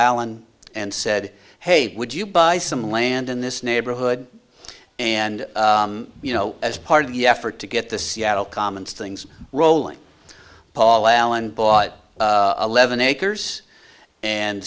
allen and said hey would you buy some land in this neighborhood and you know as part of the effort to get the seattle commons things rolling paul allen bought eleven acres and